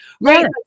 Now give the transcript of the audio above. Right